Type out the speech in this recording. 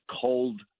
Cold